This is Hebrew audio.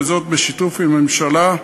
וזאת בשיתוף עם הממשלה.